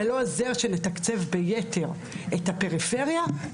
זה לא עוזר שנתקצב ביתר את הפריפריה,